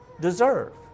deserve